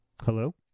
hello